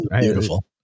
Beautiful